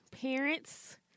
Parents